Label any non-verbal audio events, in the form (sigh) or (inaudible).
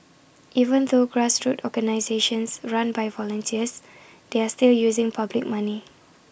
even though grassroots organisations run by volunteers they are still using public money (noise)